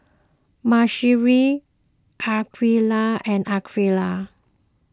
Mahsuri Aqeelah and Aqeelah